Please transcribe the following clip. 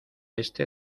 este